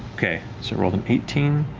okay, so rolled an eighteen,